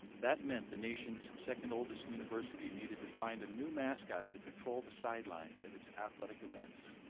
that meant the nation's second oldest university needed to find a new mascot to patrol the sidelines at its athletic events.